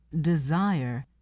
Desire